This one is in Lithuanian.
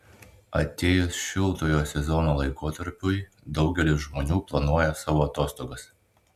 atėjus šiltojo sezono laikotarpiui daugelis žmonių planuoja savo atostogas